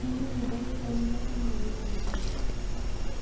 मूंखे नूडल्स शयुनि जा सभु नमूना ॾेखारियो